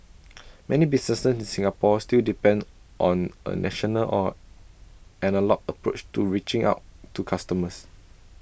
many businesses in Singapore still depend on A traditional or analogue approach to reaching out to customers